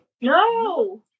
no